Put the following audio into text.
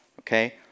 Okay